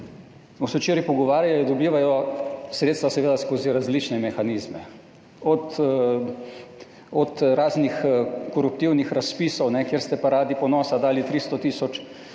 se včeraj pogovarjali, dobivajo sredstva seveda skozi različne mehanizme, od raznih koruptivnih razpisov, kjer ste Paradi ponosa dali 300 tisoč